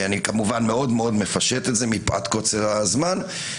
כמובן אני מאוד מפשט את זה מפאת קוצר הזמן,